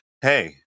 Hey